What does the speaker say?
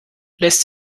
lässt